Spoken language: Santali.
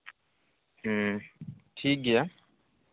ᱦᱩᱸ ᱴᱷᱤᱠᱜᱮᱭᱟ